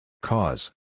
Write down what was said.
Cause